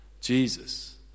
Jesus